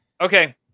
okay